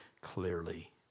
clearly